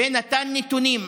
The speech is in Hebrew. ונתן נתונים.